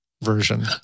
version